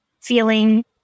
feeling